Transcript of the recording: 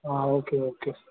okay okay